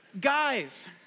guys